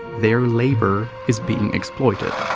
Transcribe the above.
their labor is being exploited.